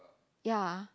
ya